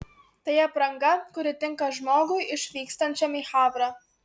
tai apranga kuri tinka žmogui išvykstančiam į havrą